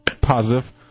Positive